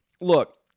Look